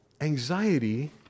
anxiety